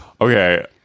okay